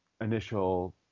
initial